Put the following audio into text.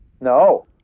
No